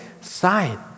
sign